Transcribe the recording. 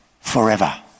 forever